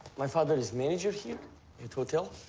my father is manager here at hotel.